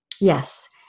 Yes